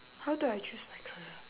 how do I choose my career